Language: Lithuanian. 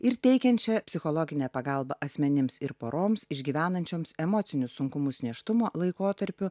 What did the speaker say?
ir teikiančia psichologinę pagalbą asmenims ir poroms išgyvenančioms emocinius sunkumus nėštumo laikotarpiu